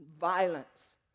violence